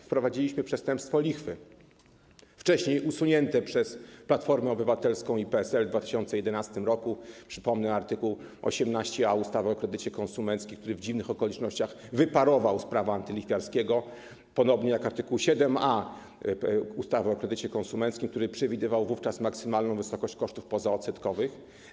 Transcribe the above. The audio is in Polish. Wprowadziliśmy przestępstwo lichwy, wcześniej usunięte przez Platformę Obywatelską i PSL w 2011 r. - przypomnę art. 18a ustawy o kredycie konsumenckim, który w dziwnych okolicznościach wyparował z prawa antylichwiarskiego, podobnie jak art. 7a ustawy o kredycie konsumenckim, który przewidywał wówczas maksymalną wysokość kosztów pozaodsetkowych.